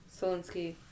Zelensky